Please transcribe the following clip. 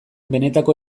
benetako